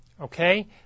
Okay